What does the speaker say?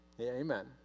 Amen